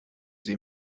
sie